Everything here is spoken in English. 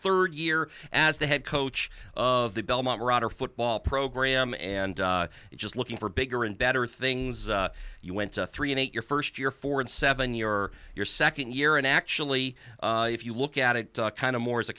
third year as the head coach of the belmont marauder football program and just looking for bigger and better things you went to three and eight your first year four and seven you're your second year and actually if you look at it kind of more as a